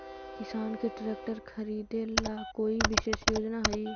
किसान के ट्रैक्टर खरीदे ला कोई विशेष योजना हई?